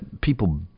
people